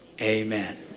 Amen